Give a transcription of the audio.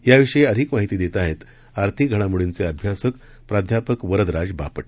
याविषयी अधिक माहिती देत आहेत आर्थिक घडामोडींचे अभ्यासक प्राध्यापक वरदराज बापट